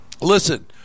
Listen